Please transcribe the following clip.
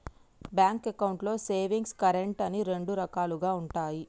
bank అకౌంట్లు savings, current అని రెండు రకాలుగా ఉంటయి